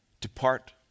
Depart